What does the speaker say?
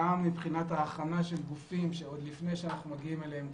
גם מבחינת ההכנה של גופים שעוד לפני שאנחנו מגיעים אליהם,